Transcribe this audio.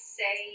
say